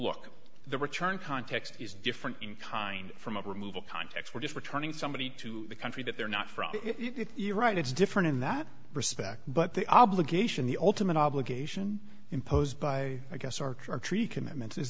look the return context is different in kind from a removal context we're just returning somebody to the country that they're not from iraq it's different in that respect but the obligation the ultimate obligation imposed by i guess archer tree commitments is